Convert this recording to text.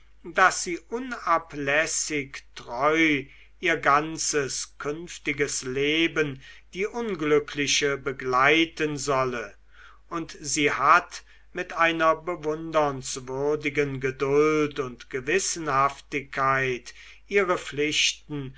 daß sie unablässig treu ihr ganzes künftiges leben die unglückliche begleiten solle und sie hat mit einer bewundernswürdigen geduld und gewissenhaftigkeit ihre pflichten